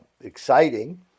exciting